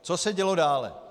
Co se dělo dále.